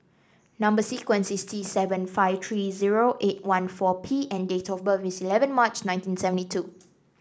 number sequence is T seven five three zero eight one four P and date of birth is eleven March nineteen seventy two